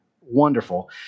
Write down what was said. Wonderful